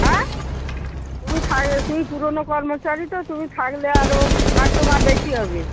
অ্যাঁ তুমি থা তুমি পুরনো কর্মচারী তো তুমি থাকলে আরো কাস্টমার বেশি হবে